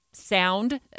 sound